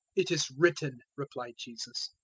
it is written, replied jesus,